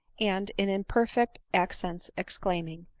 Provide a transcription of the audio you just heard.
and in imperfect accents exclaim ing,